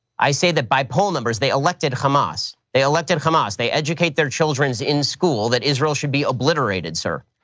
i say that by poll numbers, they elected hamas, they elected hamas. they educate their children in school that israel should be obliterated, sir.